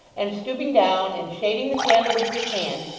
and stooping down and shading the candle with his hand,